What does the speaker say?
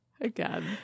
again